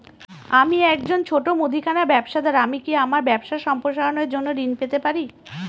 আমি একজন ছোট মুদিখানা ব্যবসাদার আমি কি আমার ব্যবসা সম্প্রসারণের জন্য ঋণ পেতে পারি?